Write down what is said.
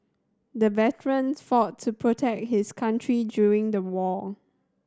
the veteran fought to protect his country during the war